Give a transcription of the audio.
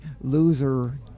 loser